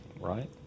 right